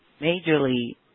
majorly